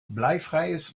bleifreies